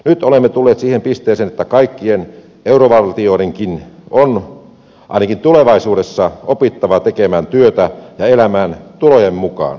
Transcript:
nyt olemme tulleet siihen pisteeseen että kaikkien eurovaltioidenkin on ainakin tulevaisuudessa opittava tekemään työtä ja elämään tulojen mukaan